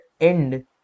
end